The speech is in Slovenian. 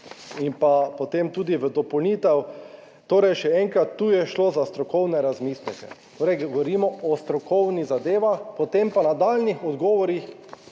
in pa potem tudi v dopolnitev. Torej, še enkrat, tu je šlo za strokovne razmisleke, torej govorimo o strokovnih zadevah, potem pa nadaljnjih odgovorih,